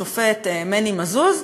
השופט מני מזוז,